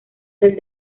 del